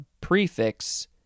prefix